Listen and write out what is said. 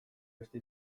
beste